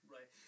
Right